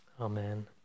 amen